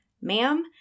Ma'am